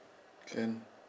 can